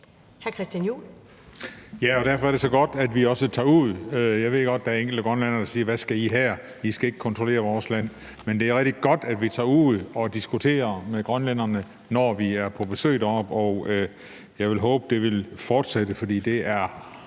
derfor er det så godt, at vi også tager ud. Jeg ved godt, at der er enkelte grønlændere, der siger: Hvad skal I her? I skal ikke kontrollere vores land. Men det er rigtig godt, at vi tager ud og diskuterer med grønlænderne, når vi er på besøg deroppe. Og jeg vil håbe, det vil fortsætte, for det er